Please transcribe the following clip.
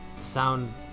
sound